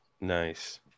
nice